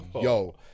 yo